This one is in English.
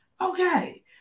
okay